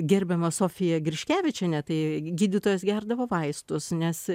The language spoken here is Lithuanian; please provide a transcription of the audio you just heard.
gerbiama sofija griškevičienė tai gydytojas gerdavo vaistus nes